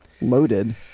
Loaded